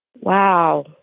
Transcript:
Wow